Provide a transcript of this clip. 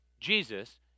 Jesus